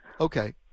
Okay